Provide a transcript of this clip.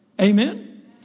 Amen